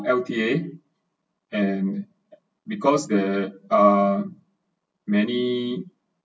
L_T_A and because the uh many